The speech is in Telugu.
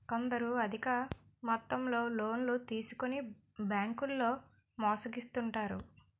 కొందరు అధిక మొత్తంలో లోన్లు తీసుకొని బ్యాంకుల్లో మోసగిస్తుంటారు